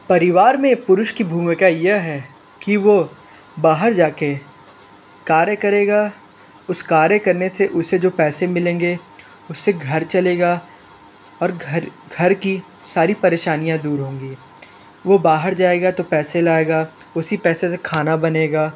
परिवार में पुरुष की भूमिका यह है कि वो बाहर जाकर कार्य करेगा उस कार्य करने से उसे जो पैसे मिलेंगे उससे घर चलेगा और घर घर की सारी परेशानियाँ दूर होंगी वो बाहर जाएगा तो पैसे लाएगा उसी पैसे से खाना बनेगा